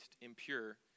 impure